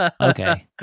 Okay